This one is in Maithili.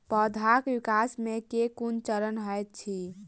पौधाक विकास केँ केँ कुन चरण हएत अछि?